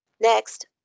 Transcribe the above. next